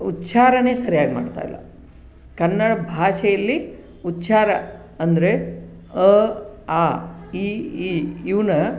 ಉಚ್ಛಾರಣೆ ಸರಿಯಾಗಿ ಮಾಡ್ತಾ ಇಲ್ಲ ಕನ್ನಡ ಭಾಷೆಯಲ್ಲಿ ಉಚ್ಛಾರ ಅಂದರೆ ಅ ಆ ಇ ಈ ಇವನ್ನು